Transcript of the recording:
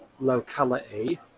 Locality